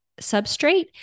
substrate